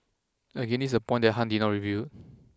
again this a point that Han did not reveal